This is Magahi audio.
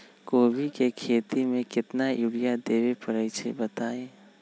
कोबी के खेती मे केतना यूरिया देबे परईछी बताई?